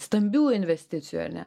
stambių investicijų ar ne